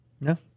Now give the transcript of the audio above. No